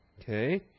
Okay